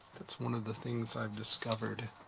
that's one of the things i've discovered.